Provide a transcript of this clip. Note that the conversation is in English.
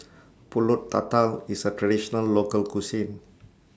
Pulut Tatal IS A Traditional Local Cuisine